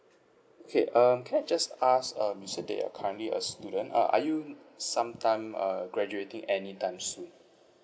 okay um can I just ask um is that your are currently a student uh are you some time uh graduating anytime soon